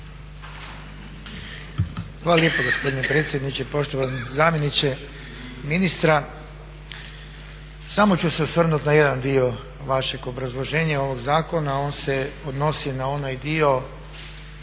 Hvala lijepa gospodine predsjedniče. Poštovani zamjeniče ministra, samo ću se osvrnuti na jedan dio vašeg obrazloženja ovog zakona, on se odnosi na onaj dio